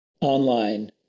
online